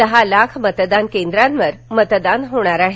दहा लाख मतदान केंद्रांवर मतदान होणार आहे